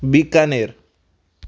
Bikaner